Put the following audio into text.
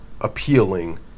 appealing